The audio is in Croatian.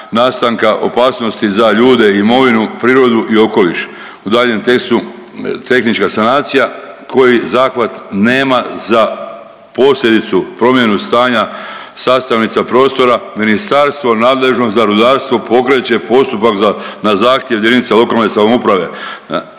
nastanka opasnosti za ljude, imovinu, prirodu i okoliš. U daljnjem tekstu tehnička sanacija koji zahvat nema za posljedicu promjenu stanja sastavnica prostora ministarstvo nadležno za rudarstvo pokreće postupak na zahtjev jedinice lokalne samouprave